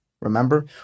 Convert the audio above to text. remember